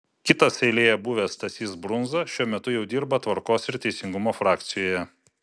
kitas eilėje buvęs stasys brundza šiuo metu jau dirba tvarkos ir teisingumo frakcijoje